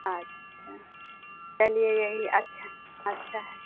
अच्छा चलिए यही अच्छा अच्छा है